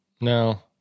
no